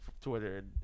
Twitter